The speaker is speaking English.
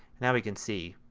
now we can see,